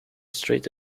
straight